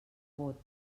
vot